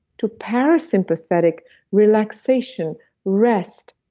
to parasympathetic relaxation, rest,